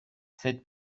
cette